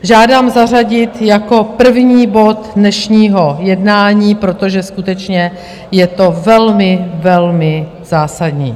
Žádám zařadit jako první bod dnešního jednání, protože skutečně je to velmi, velmi zásadní.